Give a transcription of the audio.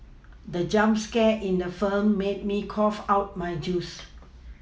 the jump scare in the film made me cough out my juice